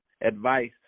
advice